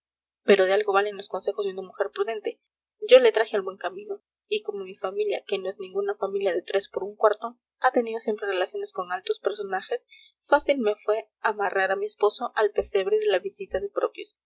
pero de algo valen los consejos de una mujer prudente yo le traje al buen camino y como mi familia que no es ninguna familia de tres por un cuarto ha tenido siempre relaciones con altos personajes fácil me fue amarrar a mi esposo al pesebre de la visita de propios